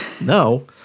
No